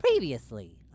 Previously